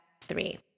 three